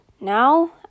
Now